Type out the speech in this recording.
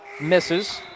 misses